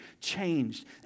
changed